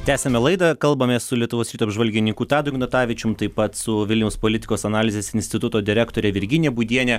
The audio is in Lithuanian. tęsiame laidą kalbamės su lietuvos ryto apžvalgininku tadu ignatavičium taip pat su vilniaus politikos analizės instituto direktore virginija būdiene